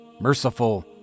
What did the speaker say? Merciful